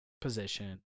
position